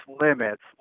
limits